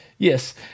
Yes